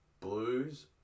Blue's